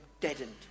deadened